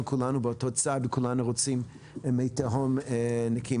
כולנו באותו צד וכולנו רוצים מי תהום נקיים.